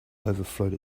overflowed